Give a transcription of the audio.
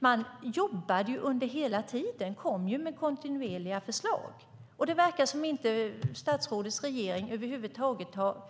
Man jobbade ju hela tiden och kom kontinuerligt med förslag. Men det verkar inte som om statsrådets regering över huvud taget har